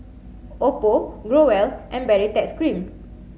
Oppo Growell and Baritex cream